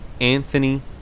Anthony